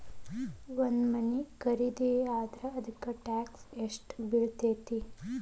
ಒಂದ್ ಮನಿ ಖರಿದಿಯಾದ್ರ ಅದಕ್ಕ ಟ್ಯಾಕ್ಸ್ ಯೆಷ್ಟ್ ಬಿಳ್ತೆತಿ?